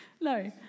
No